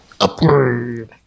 Upgrade